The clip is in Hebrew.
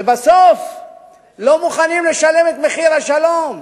ובסוף לא מוכנים לשלם את מחיר השלום.